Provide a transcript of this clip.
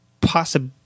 possible